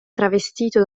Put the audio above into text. travestito